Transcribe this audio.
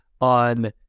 on